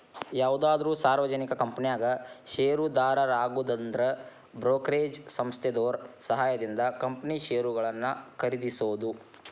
ಯಾವುದಾದ್ರು ಸಾರ್ವಜನಿಕ ಕಂಪನ್ಯಾಗ ಷೇರುದಾರರಾಗುದಂದ್ರ ಬ್ರೋಕರೇಜ್ ಸಂಸ್ಥೆದೋರ್ ಸಹಾಯದಿಂದ ಕಂಪನಿ ಷೇರುಗಳನ್ನ ಖರೇದಿಸೋದು